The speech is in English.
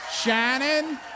Shannon